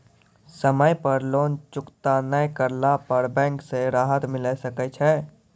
समय पर लोन चुकता नैय करला पर बैंक से राहत मिले सकय छै?